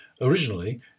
originally